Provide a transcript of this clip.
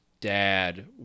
dad